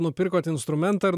nupirkot instrumentą ar